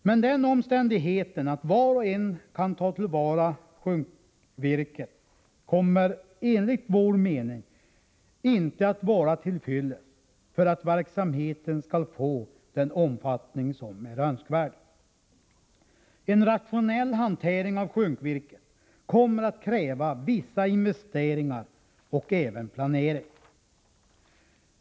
Men den omständigheten att var och en kan ta till vara sjunkvirket kommer, enligt vår mening, inte att vara till fyllest för att verksamheten skall få den omfattning som är önskvärd. En rationell hantering av sjunkvirket kommer att kräva vissa investeringar och även viss planering.